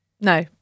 No